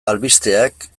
albisteak